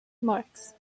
marks